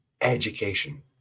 Education